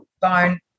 bone